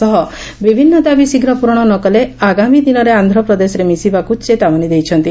ସହ ବିଭିନ୍ଦ ଦାବୀ ଶୀଘ୍ର ପ୍ରରଶ ନ କଲେ ଆଗାମୀ ଦିନରେ ଆନ୍ଧ ପ୍ରଦେଶରେ ମିଶିବାକୁ ଚେତାବନୀ ଦେଇଛନ୍ତି